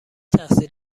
تحصیل